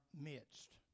midst